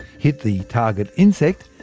hit the target insect,